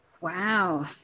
Wow